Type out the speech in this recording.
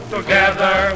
Together